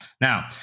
Now